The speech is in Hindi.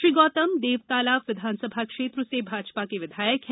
श्री गौतम देवतालाब विधानसभा क्षेत्र से भाजपा के विधायक हैं